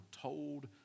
told